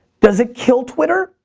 does it kill twitter?